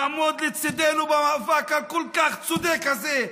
לעמוד לצידנו במאבק הצודק כל כך הזה.